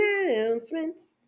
announcements